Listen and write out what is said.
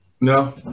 No